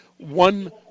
one